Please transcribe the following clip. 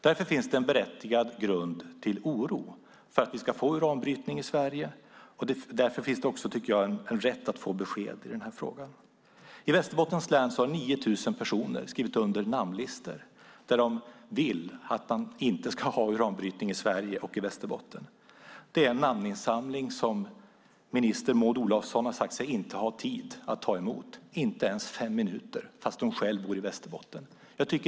Det finns en berättigad grund till oro för att det ska bli uranbrytning i Sverige, och därför har vi rätt att få besked i frågan. I Västerbottens län har 9 000 personer skrivit under namnlistor mot uranbrytning i Sverige och Västerbotten. Denna namninsamling har minister Maud Olofsson sagt sig inte ha tid att ta emot. Hon har inte ens fem minuter, fast hon själv bor i Västerbotten.